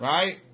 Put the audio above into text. Right